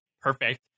perfect